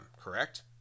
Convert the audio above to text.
correct